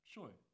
Sure